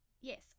Yes